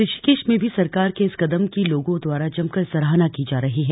ऋषिकेश में भी सरकार के इस कदम की लोगों द्वारा जमकर सराहना की जा रही है